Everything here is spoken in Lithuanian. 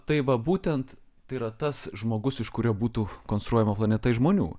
tai va būtent tai yra tas žmogus iš kurio būtų konstruojama planeta iš žmonių